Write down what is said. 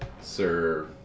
Sir